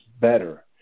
better